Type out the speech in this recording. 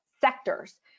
sectors